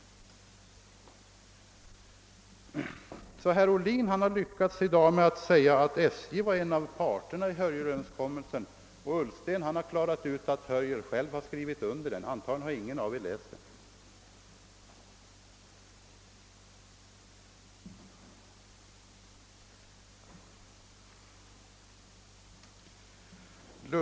Herr Ohlin har alltså i dag sagt att SJ var en av parterna i Hörjelöverenskommelsen och herr Ullsten har klarat ut att Hörjel själv skrivit under den — antagligen har ingen av er båda läst överenskommelsen.